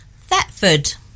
Thetford